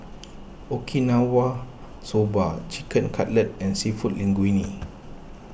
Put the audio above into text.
Okinawa Soba Chicken Cutlet and Seafood Linguine